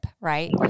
right